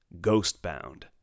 Ghostbound